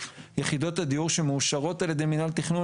יחידות הדיור שמאושרות על ידי מנהל תכנון,